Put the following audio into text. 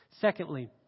Secondly